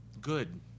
good